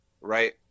right